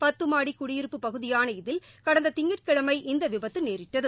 பத்து மாடி குடியி ருப்பப்ப்ப்பு பகுதியாள இதில் கடந்த திங்கட்கி ழமை இந்த விபத்து நோபிட்டது